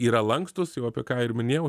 yra lankstūs jau apie ką ir minėjau